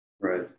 Right